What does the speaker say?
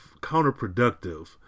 counterproductive